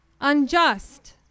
unjust